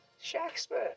Shakespeare